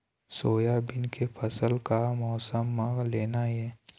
Soybean के फसल का मौसम म लेना ये?